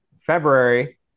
February